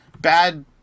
bad